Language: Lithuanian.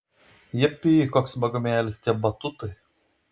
japy koks smagumėlis tie batutai